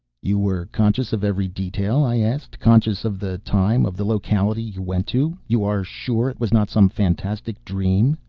you were conscious of every detail? i asked. conscious of the time, of the locality you went to? you are sure it was not some fantastic dream?